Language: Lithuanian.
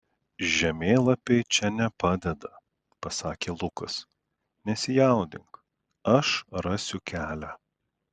žemėlapiai čia nepadeda pasakė lukas nesijaudink aš rasiu kelią